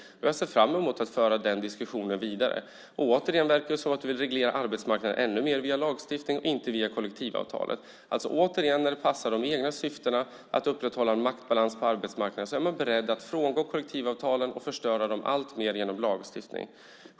Jag ser fram emot att föra den diskussionen vidare. Återigen verkar det som om du vill reglera arbetsmarknaden ännu mer via lagstiftning - inte via kollektivavtalen. Återigen: När det passar de egna syftena att upprätthålla en maktbalans på arbetsmarknaden är man beredd att frångå kollektivavtalen och förstöra dem alltmer genom lagstiftning.